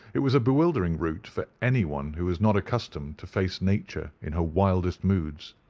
it was a bewildering route for anyone who was not accustomed to face nature in her wildest moods.